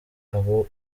abo